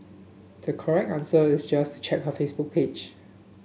the correct answer is just check her Facebook page